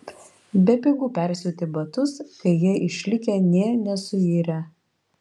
bepigu persiūti batus kai jie išlikę nė nesuirę